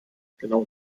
genau